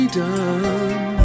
done